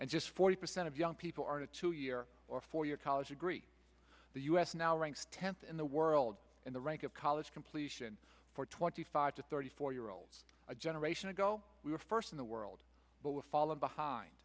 and just forty percent of young people are in a two year or four year college degree the u s now ranks tenth in the world in the rank of college completion for twenty five to thirty four year olds a generation ago we were first in the world but we've fallen behind